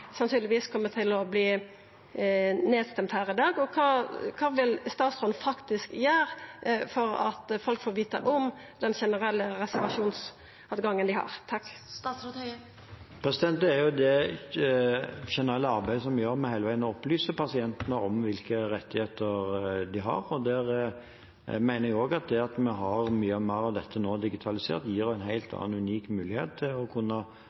til å verta røysta ned her i dag. Kva vil statsråden faktisk gjera for at folk får vita om den generelle reservasjonsmoglegheita dei har? Det er det generelle arbeidet vi gjør hele veien om å opplyse pasientene om hvilke rettigheter de har. Der mener jeg at det at vi nå har mye mer av dette digitalisert nå, gir en helt annen og unik mulighet til å kunne